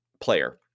player